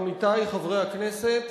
עמיתי חברי הכנסת,